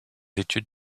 études